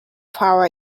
power